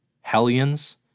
Hellions